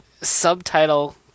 subtitle